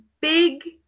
big